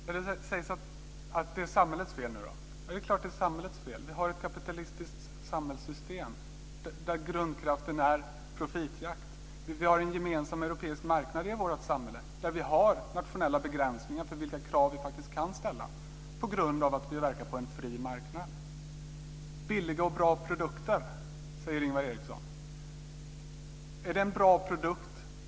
Fru talman! Nu säger Ingvar Eriksson att det är samhällets fel. Ja, det är klart att det är samhällets fel. Vi har ett kapitalistiskt samhällssystem där grundkraften är profitjakt. Vi har en gemensam europeisk marknad i vårt samhälle där vi har nationella begränsningar när det gäller vilka krav som vi faktiskt kan ställa på grund av att vi verkar på en fri marknad. Ingvar Eriksson talar om billiga och bra produkter.